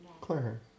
Claire